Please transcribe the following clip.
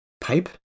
Pipe